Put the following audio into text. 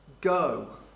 go